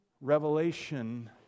revelation